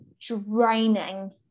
draining